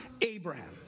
Abraham